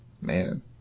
Man